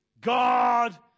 God